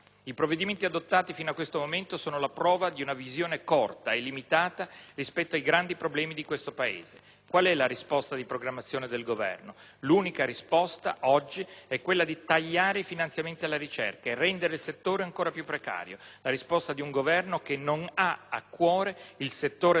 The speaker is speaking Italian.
I provvedimenti adottati fino a questo momento sono la prova di una visione corta e limitata rispetto ai grandi problemi di questo Paese. Qual è la risposta di programmazione del Governo? L'unica risposta oggi è quella di tagliare i finanziamenti alla ricerca e rendere il settore ancora più precario. La risposta di un Governo che non ha a cuore il settore della ricerca